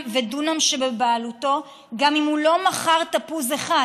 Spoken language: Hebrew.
ודונם שבבעלותו גם אם הוא לא מכר תפוז אחד